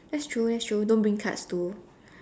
that's true that's true don't bring cards to